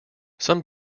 some